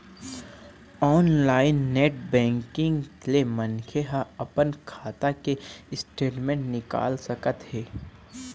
online net banking ले मनखे ह अपन खाता के स्टेटमेंट निकाल सकत हे